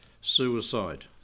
suicide